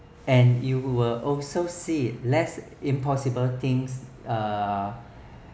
and you were also see less impossible things uh